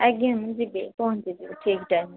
ଆଜ୍ଞା ମୁଁ ଯିବି ପହଞ୍ଚିଯିବି ଠିକ୍ ଟାଇମରେ